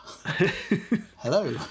Hello